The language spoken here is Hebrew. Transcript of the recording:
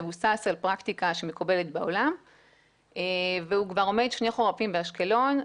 מבוסס על פרקטיקה שמקובלת בעולם והוא כבר עומד שני חורפים באשקלון,